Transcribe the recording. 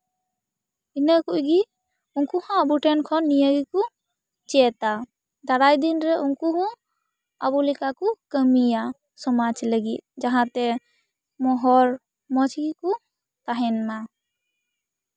ᱤᱱᱟᱹ ᱠᱩᱡ ᱜᱤ ᱩᱱᱠᱩ ᱦᱚᱸ ᱟᱵᱚ ᱴᱷᱮᱱ ᱠᱷᱚᱱ ᱱᱤᱭᱟᱹ ᱜᱮᱠᱚ ᱪᱮᱫᱟ ᱫᱟᱨᱟᱭ ᱫᱤᱱ ᱨᱮ ᱱᱠᱩ ᱦᱚᱸ ᱟᱵᱚ ᱞᱮᱠᱟ ᱠᱚ ᱠᱟᱹᱢᱤᱭᱟ ᱥᱚᱢᱟᱡᱽ ᱞᱟᱹᱜᱤᱫ ᱡᱟᱦᱟᱸᱛᱮ ᱦᱚᱲ ᱢᱚᱡᱽ ᱜᱮᱠᱩ ᱛᱟᱦᱮᱱ ᱢᱟ